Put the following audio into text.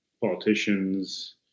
politicians